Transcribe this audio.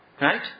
Right